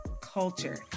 culture